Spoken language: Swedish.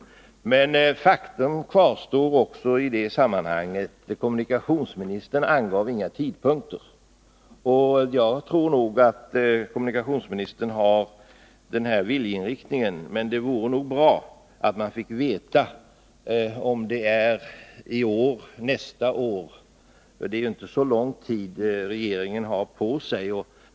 Men faktum kvarstår också i det sammanhanget. Kommunikationsministern angav inga tidpunkter. Jag tror nog att kommunikationsministern har den viljeinriktning som här redovisades, men det vore bra om man fick veta om det är i år eller nästa år brobyggena skall startas. Det är inte så lång tid regeringen har på sig.